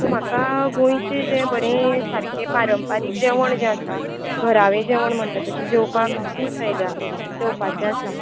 so म्हाका गोंयचें जें बरें सामकें पारंपारीक जेवण जें आसा घरावें जेवण म्हणटा तशें जेवपाक रूच आयल्या जेवपाचें आसा